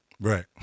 right